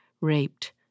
raped